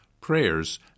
prayers